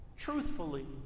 truthfully